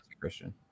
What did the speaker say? Christian